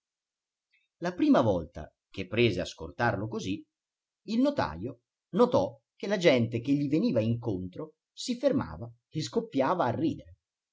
la prima volta che prese a scortarlo così il notajo notò che la gente che gli veniva incontro si fermava e scoppiava a ridere